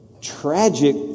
tragic